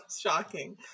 shocking